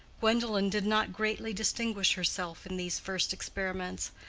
gwendolen did not greatly distinguish herself in these first experiments,